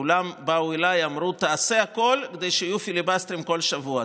כולם באו אליי ואמרו: תעשה הכול כדי שיהיו פיליבסטרים כל שבוע.